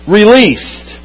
released